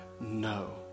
No